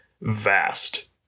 vast